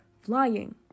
flying